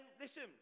Listen